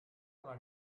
una